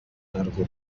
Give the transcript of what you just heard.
narwo